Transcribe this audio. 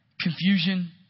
confusion